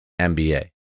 MBA